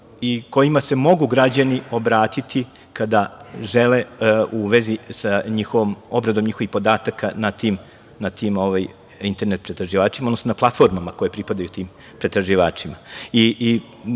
i kojima se mogu građani obratiti kada žele u vezi sa obradom njihovih podataka na tim internet pretraživačima, odnosno na platformama koje pripadaju tim pretraživačima. Pošteno